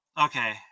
Okay